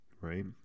right